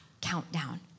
countdown